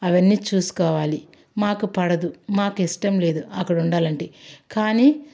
అవన్నీ చూసుకోవాలి మాకు పడదు మాకు ఇష్టం లేదు అక్కడ ఉండాలంటే కానీ